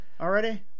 already